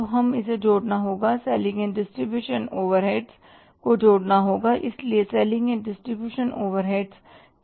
तो हमें अब जोड़ना होगा सेलिंग एंड डिस्ट्रीब्यूशन ओवरहेड को जोड़ना होगा इसलिए सेलिंग एंड डिस्ट्रीब्यूशन ओवरहेड कितना है